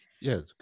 Yes